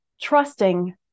trusting